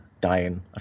dying